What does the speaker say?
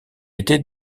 était